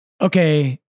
okay